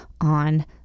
on